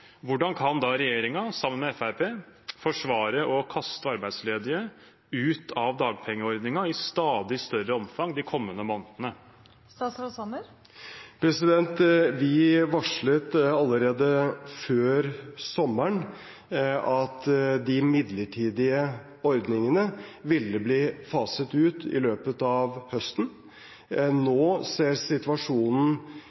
hvordan kan da regjeringen – sammen med Fremskrittspartiet – forsvare å kaste arbeidsledige ut av dagpengeordningen i stadig større omfang de kommende månedene? Vi varslet allerede før sommeren at de midlertidige ordningene ville bli faset ut i løpet av høsten. Nå